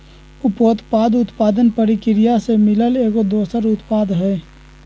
उपोत्पाद उत्पादन परकिरिया से मिलल एगो दोसर उत्पाद हई